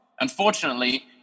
Unfortunately